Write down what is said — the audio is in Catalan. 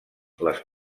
les